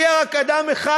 יהיה רק אדם אחד,